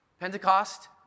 Pentecost